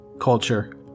culture